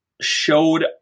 showed